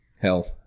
hell